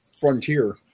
Frontier